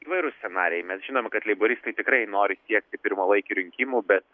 įvairūs scenarijai mes žinome kad leiboristai tikrai nori siekti pirmalaikių rinkimų bet